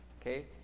Okay